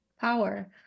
power